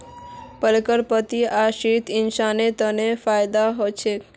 पालकेर पत्ता असलित इंसानेर तन फायदा ह छेक